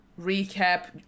recap